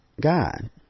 God